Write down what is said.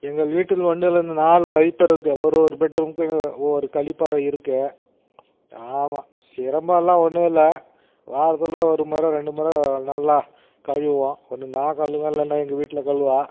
எங்கள் வீட்டில் ஒன்றிலிருந்து நாலு கழிப்பறை இருக்குது ஒரு ஒரு பெட் ரூமுக்கு ஒவ்வொரு கழிப்பறை இருக்குது ஆமாம் சிரமம்லாம் ஒன்றும் இல்லை வாரத்தில் ஒரு முறை ரெண்டு முறை நல்லா கழுவுவோம் ஒன்று நான் கழுவுவேன் இல்லைனா எங்கள் வீட்டில் கழுவுவாள்